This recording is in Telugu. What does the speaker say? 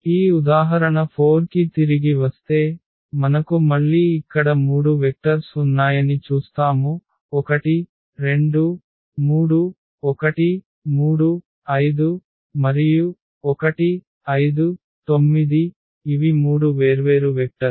ఈ ఉదాహరణ 4 కి తిరిగి వస్తే మనకు మళ్ళీ ఇక్కడ మూడు వెక్టర్స్ ఉన్నాయని చూస్తాము 1 2 3 1 3 5 1 5 9 ఇవి మూడు వేర్వేరు వెక్టర్స్